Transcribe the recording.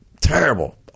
terrible—